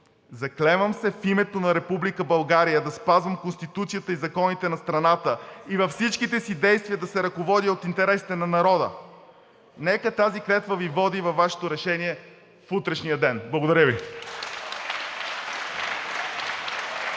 „Заклевам се в името на Република България да спазвам Конституцията и законите на страната и във всичките си действия да се ръководя от интересите на народа.“ Нека тази клетва Ви води във Вашето решение в утрешния ден. Благодаря Ви.